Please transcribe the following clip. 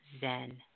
Zen